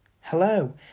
Hello